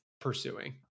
pursuing